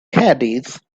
caddies